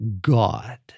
God